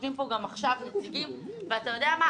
יושבים פה גם עכשיו נציגים, ואתה יודע מה?